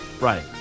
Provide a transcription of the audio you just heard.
Right